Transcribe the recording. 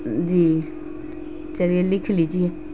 جی چلیے لکھ لیجیے